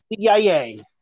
CIA